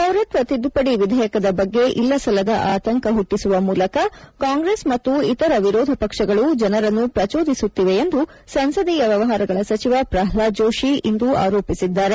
ಪೌರತ್ನ ತಿದ್ದುಪಡಿ ವಿಧೇಯಕದ ಬಗ್ಗೆ ಇಲ್ಲಸಲ್ಲದ ಆತಂಕ ಹುಟ್ಟಿಸುವ ಮೂಲಕ ಕಾಂಗ್ರೆಸ್ ಮತ್ತು ಇತರ ವಿರೋಧ ಪಕ್ಷಗಳು ಜನರನ್ನು ಪ್ರಚೋದಿಸುತ್ತಿವೆ ಎಂದು ಸಂಸದೀಯ ವ್ಯವಹಾರಗಳ ಸಚಿವ ಪ್ರಹ್ಲಾದ್ ಜೋಡಿ ಇಂದು ಆರೋಪಿಸಿದ್ದಾರೆ